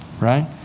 right